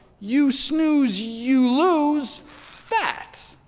you snooze you lose fat!